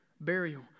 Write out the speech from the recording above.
burial